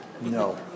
No